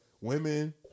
women